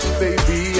baby